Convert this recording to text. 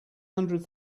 hundred